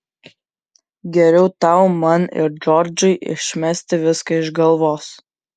geriau tau man ir džordžui išmesti viską iš galvos